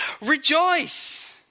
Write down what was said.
Rejoice